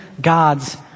God's